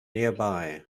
nearby